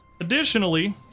Additionally